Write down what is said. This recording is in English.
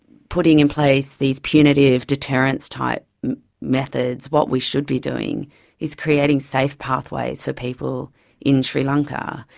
putting in place these punitive deterrents type methods, what we should be doing is creating safe pathways for people in sri lanka.